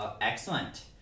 excellent